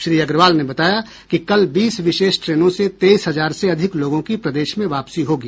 श्री अग्रवाल ने बताया कि कल बीस विशेष ट्रेनों से तेईस हजार से अधिक लोगों की प्रदेश में वापसी होगी